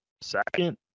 second